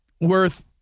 worth